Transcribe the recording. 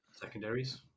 secondaries